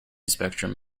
spectrum